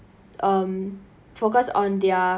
um focus on their